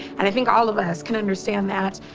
and i think all of us can understand that.